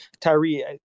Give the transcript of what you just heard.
Tyree